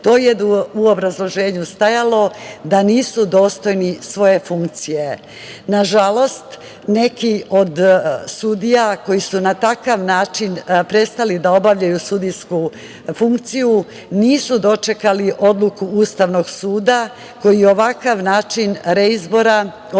što je u obrazloženju stajalo, da nisu dostojni svoje funkcije. Nažalost, neki od sudija koji su na takav način prestali da obavljaju sudijsku funkciju nisu dočekali odluku Ustavnog suda koji ovakav način reizbora, odnosno